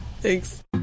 Thanks